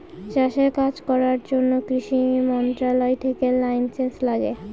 চাষের কাজ করার জন্য কৃষি মন্ত্রণালয় থেকে লাইসেন্স লাগে